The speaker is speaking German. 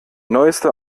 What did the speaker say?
neueste